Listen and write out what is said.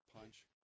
punch